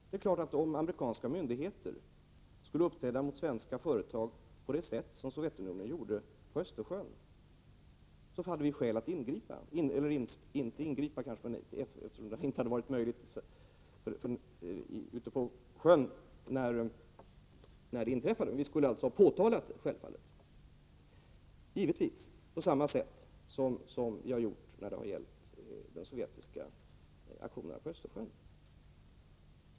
Det är klart att om amerikanska myndigheter skulle uppträda mot svenska företag på det sätt som Sovjetunionen gjorde på Östersjön skulle vi ha skäl att ingripa. Vi skulle självfallet påtala det på samma sätt som vi gjort när det gällde de sovjetiska aktionerna på Östersjön.